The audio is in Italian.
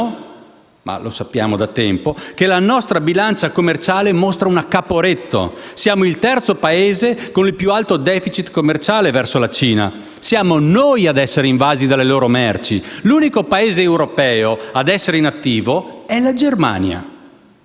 ma lo sappiamo da tempo - che la nostra bilancia commerciale mostra una Caporetto: siamo il terzo Paese con il più alto *deficit* commerciale verso la Cina, siamo noi a essere invasi dalle loro merci. L'unico Paese europeo a essere in attivo è la Germania.